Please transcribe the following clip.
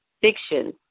fiction